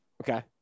Okay